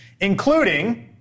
including